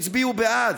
הצביעו בעד.